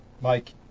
Mike